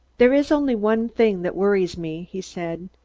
there is only one thing that worries me, he said.